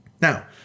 Now